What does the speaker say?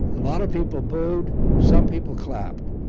a lot of people booed, some people clapped.